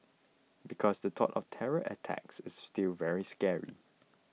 because the thought of terror attacks is still very scary